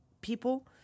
people